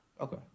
Okay